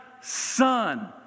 son